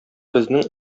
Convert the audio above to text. безнең